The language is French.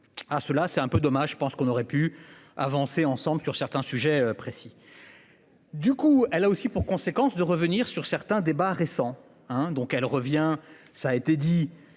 à ceux-là c'est un peu dommage, je pense qu'on aurait pu avancer ensemble sur certains sujets précis. Du coup, elle a aussi pour conséquence de revenir sur certains débats récents hein donc elle revient. Ça a été dit